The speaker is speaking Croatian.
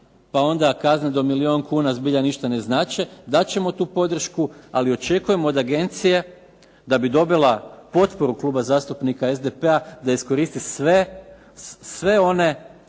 onda kazna od milijun kuna zbilja ništa ne znači, dat ćemo tu podršku ali očekujemo od Agencije da bi dobila potporu Kluba zastupnika SDP-a da iskoristi sve one